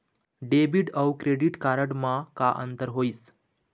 Debit अऊ credit card म का अंतर होइस?